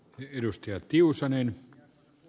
arvoisa puhemies